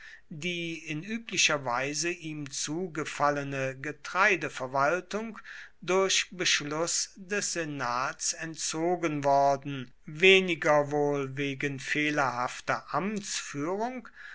die in üblicher weise ihm zugefallene getreideverwaltung durch beschluß des senats entzogen worden weniger wohl wegen fehlerhafter amtsführung